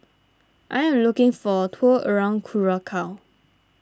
I am looking for a tour around Curacao